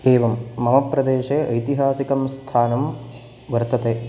एवं मम प्रदेशे ऐतिहासिकं स्थानं वर्तते